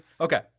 okay